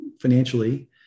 financially